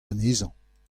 anezhañ